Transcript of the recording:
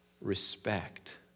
respect